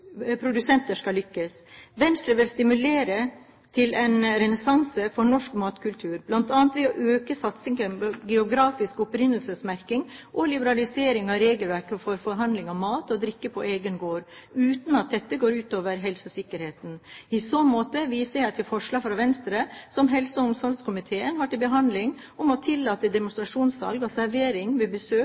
produsenter skal lykkes. Venstre vil stimulere til en renessanse for norsk matkultur, bl.a. ved å øke satsingen på geografisk opprinnelsesmerking og liberalisering av regelverket for foredling av mat og drikke på egen gård, uten at det går ut over helsesikkerheten. I så måte viser jeg til forslag fra Venstre, som helse- og omsorgskomiteen har til behandling, om å tillate demonstrasjonssalg og servering